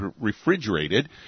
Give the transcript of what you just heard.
refrigerated